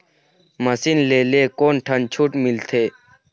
Machine ले ले कोन ठन छूट मिलथे?